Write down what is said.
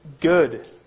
good